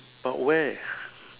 but where